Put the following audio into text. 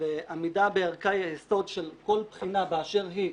ועמידה בערכי היסוד של כל בחינה באשר היא,